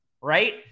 right